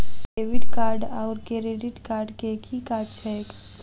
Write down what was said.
Debit card आओर credit card केँ की काज छैक?